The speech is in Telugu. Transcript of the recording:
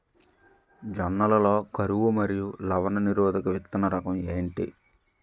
జొన్న లలో కరువు మరియు లవణ నిరోధక విత్తన రకం ఏంటి?